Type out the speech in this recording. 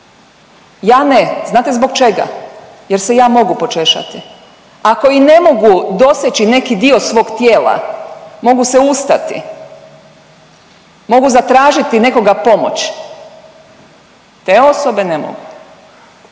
Ja ne. Znate zbog čega, jer se ja mogu počešati, ako i ne mogu doseći neki dio svog tijela mogu se ustati, mogu zatražiti nekoga pomoć te osobe ne mogu.